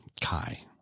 Kai